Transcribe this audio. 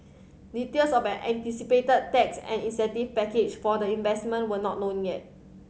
details of an anticipated tax and incentive package for the investment were not known yet